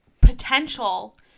potential